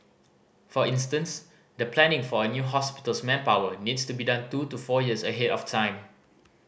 for instance the planning for a new hospital's manpower needs to be done two to four years ahead of time